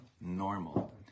normal